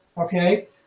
okay